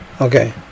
Okay